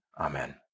Amen